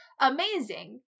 amazing